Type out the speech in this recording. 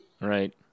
Right